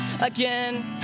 again